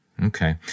Okay